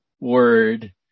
word